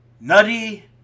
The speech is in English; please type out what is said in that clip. nutty